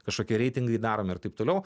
kažkokie reitingai daromi ir taip toliau